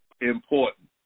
important